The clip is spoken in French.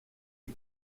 est